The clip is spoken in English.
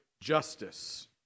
justice